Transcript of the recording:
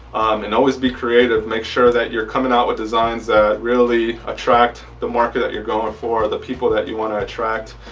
and always be creative make sure that you're coming out with designs that really attract the market that you're going for, the people that you want to attract.